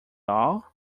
all